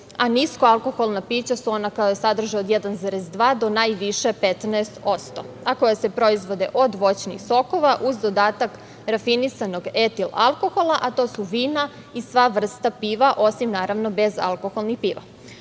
a nisko alkoholna pića su ona koja sadrže od 1,2 do najviše 15%, a koja se proizvode od voćnih sokova uz dodatak rafinisanog etil alkohola, a to su vina i sva vrsta piva, osim naravno bezalkoholnih